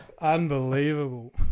Unbelievable